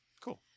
Cool